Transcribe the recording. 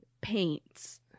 paints